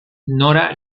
nora